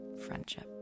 friendship